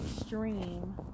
extreme